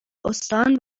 استان